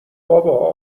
بابا